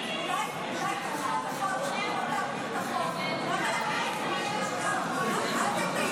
נעביר את החוק --- למה לחכות עוד חצי